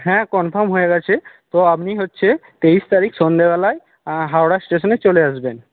হ্যাঁ কনফার্ম হয়ে গেছে তো আপনি হচ্ছে তেইশ তারিখ সন্ধ্যেবেলায় হাওড়া ষ্টেশনে চলে আসবেন